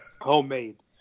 homemade